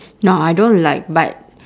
no I don't like but